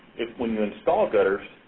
if when we install gutters,